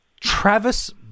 Travis